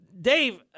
Dave